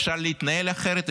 אפשר להתנהל אחרת,